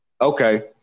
Okay